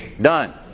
done